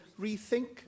rethink